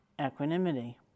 equanimity